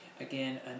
Again